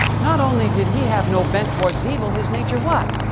not only did he have no bent towards evil, his nature, what.